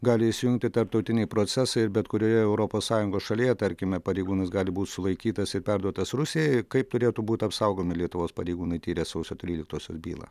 gali įsijungti tarptautiniai procesai ir bet kurioje europos sąjungos šalyje tarkime pareigūnas gali būt sulaikytas ir perduotas rusijai kaip turėtų būt apsaugomi lietuvos pareigūnai tyrę sausio tryliktosios bylą